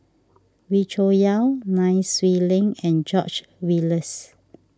Wee Cho Yaw Nai Swee Leng and George Oehlers